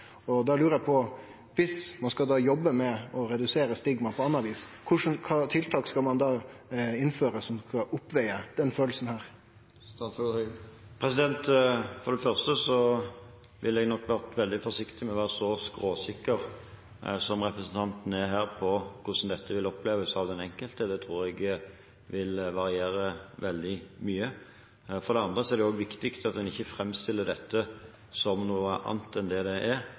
stigmatiseringa. Da lurer eg på: Viss ein skal jobbe med å redusere stigmaet på anna vis, kva for tiltak skal ein da innføre som skal veie opp for denne følelsen? For det første ville jeg nok vært veldig forsiktig med å være så skråsikker som representanten er her, på hvordan dette ville oppleves av den enkelte. Det tror jeg vil variere veldig mye. For det andre er det også viktig at en ikke framstiller dette som noe annet enn det det er.